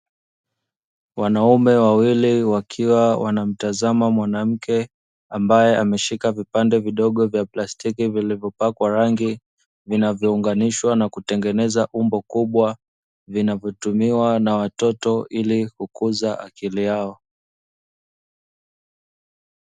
Wanaume wawili wakiwa wanamtazama mwanamke ambaye ameshika vipande vidogo vya plastiki vilivyopakwa rangi, vinavyo unganishwa na kutengeneza umbo kubwa, vinavyo tumiwa na watoto ili kukuza akili yao.